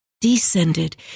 descended